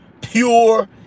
Pure